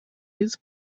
лиц